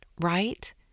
right